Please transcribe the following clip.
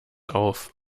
auf